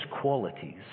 qualities